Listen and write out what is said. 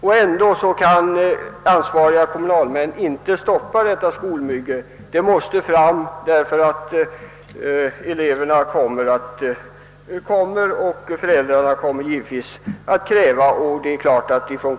Ansvariga kommunalmän kan emellertid inte stoppa detta skolbygge; det måste färdigställas därför att föräldrar och elever så kräver.